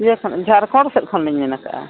ᱤᱭᱟᱹ ᱠᱷᱚᱱ ᱡᱷᱟᱲᱠᱷᱚᱸᱰ ᱥᱮᱫ ᱠᱷᱚᱱ ᱞᱤᱧ ᱢᱮᱱᱟᱠᱟᱜᱼᱟ